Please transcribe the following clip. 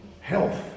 health